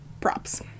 props